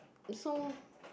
so